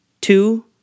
Two